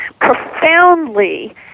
profoundly